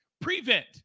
prevent